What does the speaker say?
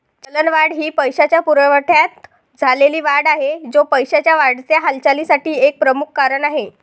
चलनवाढ ही पैशाच्या पुरवठ्यात झालेली वाढ आहे, जो पैशाच्या वाढत्या हालचालीसाठी एक प्रमुख कारण आहे